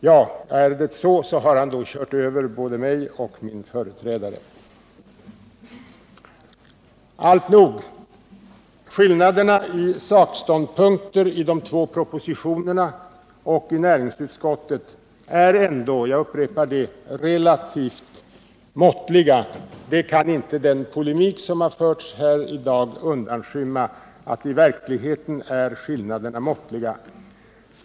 Han har med det uttalandet kört över både mig och min företrädare. Alltnog, skillnaderna i sakståndpunkter mellan de två propositionerna och näringsutskottets betänkande är ändå, jag upprepar det, relativt måttliga. Den polemik som förts i dag kan inte undanskymma det förhållandet att i verkligheten är skillnaderna måttliga.